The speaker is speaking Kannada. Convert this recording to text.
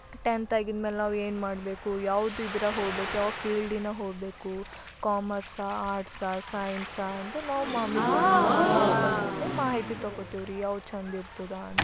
ಟೆಂತ್ ಆಗಿದ್ಮೇಲೆ ನಾವು ಏನು ಮಾಡಬೇಕು ಯಾವುದು ಇದ್ರಾಗ ಹೋಗಬೇಕು ಯಾವ ಫೀಲ್ಡಿನಾಗ ಹೋಗಬೇಕು ಕಾಮರ್ಸಾ ಆರ್ಟ್ಸಾ ಸೈನ್ಸಾ ಅಂತ ನಾವು ಮಮ್ಮಿ ಪಪ್ಪ ಅಮ್ಮ ಅಪ್ಪ ಜೊತೆ ಮಾಹಿತಿ ತೊಗೊತೇವ್ರಿ ಯಾವುದು ಛಂದಿರ್ತದ ಅಂತ